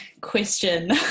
question